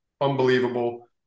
Unbelievable